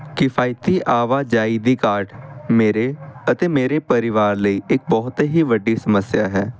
ਕਿਫਾਇਤੀ ਆਵਾਜਾਈ ਦੀ ਕਾਢ ਮੇਰੇ ਅਤੇ ਮੇਰੇ ਪਰਿਵਾਰ ਲਈ ਇੱਕ ਬਹੁਤ ਹੀ ਵੱਡੀ ਸਮੱਸਿਆ ਹੈ